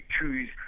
choose